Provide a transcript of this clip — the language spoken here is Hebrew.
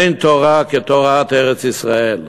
אין תורה כתורת ארץ-ישראל.